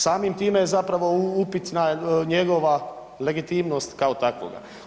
Samim time je zapravo upitna njegova legitimnost kao takvoga.